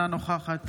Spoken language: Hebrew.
אינה נוכחת